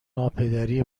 ناپدری